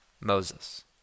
Moses